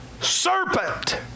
serpent